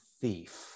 thief